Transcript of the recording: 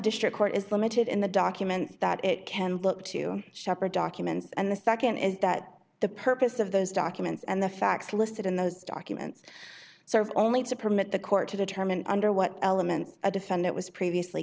district court is limited in the documents that it can look to shepherd documents and the nd is that the purpose of those documents and the facts listed in those documents serves only to permit the court to determine under what elements a defendant was previously